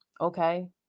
Okay